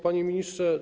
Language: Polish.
Panie Ministrze!